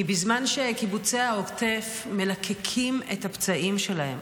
כי בזמן שקיבוצי העוטף מלקקים את הפצעים שלהם,